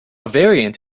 variant